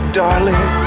darling